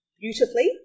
beautifully